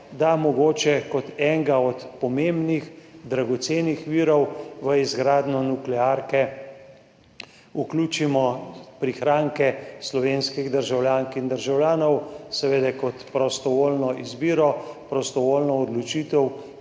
da mogoče kot enega od pomembnih, dragocenih virov za izgradnjo nuklearke vključimo prihranke slovenskih državljank in državljanov, seveda kot prostovoljno izbiro, prostovoljno odločitev,